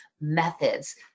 methods